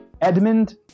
Edmund